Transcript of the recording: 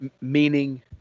Meaning